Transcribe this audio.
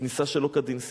וכניסה שלא כדין,